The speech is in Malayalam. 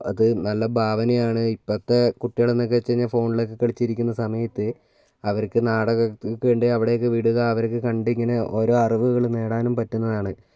അത് നല്ല ഭാവനയാണ് ഇപ്പോഴത്തെ കുട്ടികൾ എന്നൊക്കെ വച്ചു കഴിഞ്ഞാൽ ഫോണിലൊക്കെ കളിച്ചു ഇരിക്കുന്ന സമയത്ത് അവർക്ക് നാടകത്തിന് വേണ്ടി അവിടേക്ക് വിടുക അവർക്ക് കണ്ടു ഇങ്ങനെ ഓരോ അറിവുകൾ നേടാനും പറ്റുന്നതാണ്